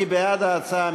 מי בעד ההצעה?